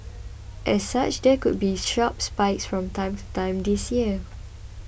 as such there could still be sharp spikes from time to time this year